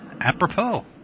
Apropos